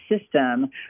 system